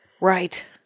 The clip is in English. Right